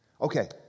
Okay